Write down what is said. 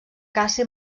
caça